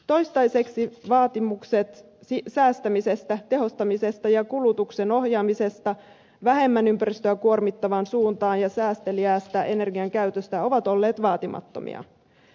toistaiseksi vaatimukset säästämisestä tehostamisesta ja kulutuksen ohjaamisesta vähemmän ympäristöä kuormittavaan suuntaan ja säästeliäästä energian käytöstä ovat olleet vaatimattomia